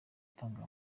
atanga